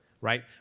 right